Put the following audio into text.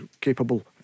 capable